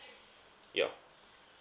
ya